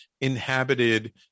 inhabited